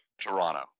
Toronto